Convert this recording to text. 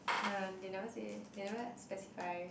nah they never say eh they never specify eh